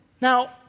Now